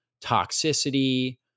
toxicity